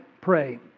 pray